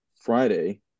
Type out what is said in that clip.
Friday